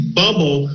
bubble